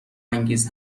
انگیز